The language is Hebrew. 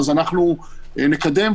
אז נקדם.